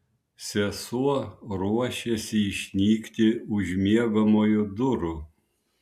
sesuo ruošėsi išnykti už miegamojo durų